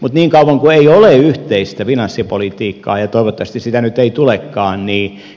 mutta niin kauan kuin ei ole yhteistä finanssipolitiikkaa ja toivottavasti sitä nyt ei tulekaan